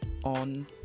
On